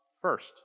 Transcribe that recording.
first